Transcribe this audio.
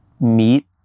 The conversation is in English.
meet